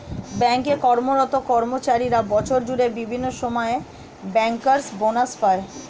bank এ কর্মরত কর্মচারীরা বছর জুড়ে বিভিন্ন সময়ে ব্যাংকার্স বনাস পায়